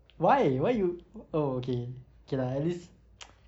why you why you oh okay okay lah at least